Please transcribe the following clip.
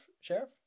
Sheriff